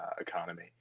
economy